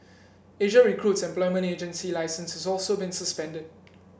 Asia Recruit's employment agency licence has also been suspended